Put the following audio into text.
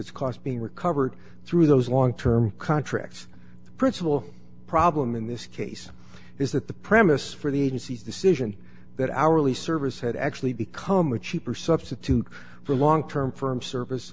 its cost being recovered through those long term contracts the principle problem in this case is that the premise for the agency's decision that hourly service had actually become a cheaper substitute for a long term firm service